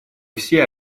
все